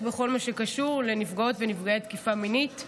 בכל מה שקשור לנפגעות ונפגעי תקיפה מינית.